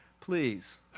Please